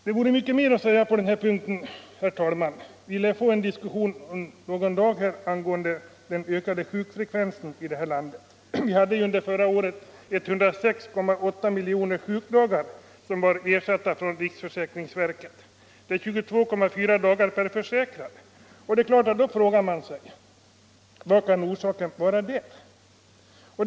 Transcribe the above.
Det vore mycket mer att säga på denna punkt, herr talman. Vi lär om någon dag få en diskussion om den ökade sjukfrekvensen i det här landet. Vi hade under förra året 106,8 miljoner sjukdagar, ersatta från riksförsäkringsverket. Det är 22,4 dagar per försäkrad. Då frågar man sig vad orsaken kan vara.